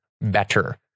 better